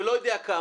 ולא יודע כמה,